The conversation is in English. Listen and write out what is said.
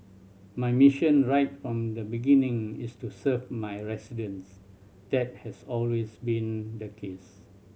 my mission right from the beginning is to serve my residents that has always been the case